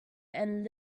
and